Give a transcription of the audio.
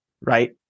right